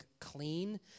clean